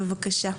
בבקשה.